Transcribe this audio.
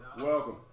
Welcome